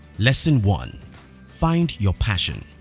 lesson one find your passion